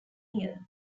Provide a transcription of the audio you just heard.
year